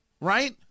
Right